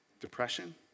Depression